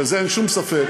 בזה אין שום ספק.